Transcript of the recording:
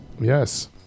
Yes